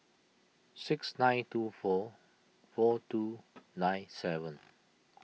six nine two four four two nine seven